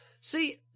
See